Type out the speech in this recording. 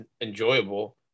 enjoyable